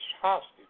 hostage